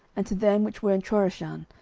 and to them which were in chorashan,